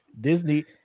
Disney